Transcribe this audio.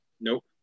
nope